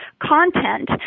content